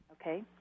Okay